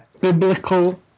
biblical